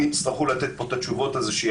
הם יצטרכו לתת כאן את התשובות על כך.